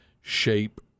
shape